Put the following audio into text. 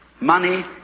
Money